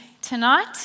tonight